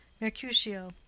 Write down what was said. mercutio